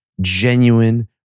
genuine